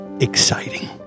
exciting